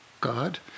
God